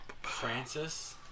Francis